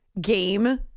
game